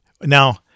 now